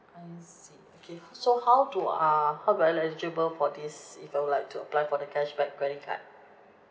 I see okay so how do uh how do I eligible for this if I would like to apply for the cashback credit card